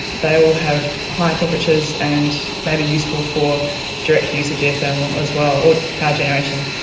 they all have high temperatures and may be useful for direct use of geothermal as well, or power generation.